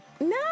No